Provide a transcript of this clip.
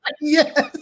Yes